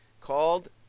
called